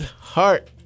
Heart